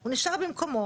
הוא נשאר במקומו.